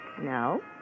No